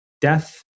death